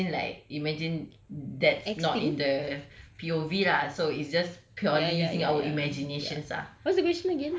take that we imagine like imagine that's not the P_O_V lah so it's just purely in our imaginations ah